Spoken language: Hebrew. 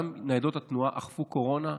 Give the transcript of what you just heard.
גם ניידות התנועה אכפו בקורונה,